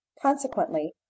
Consequently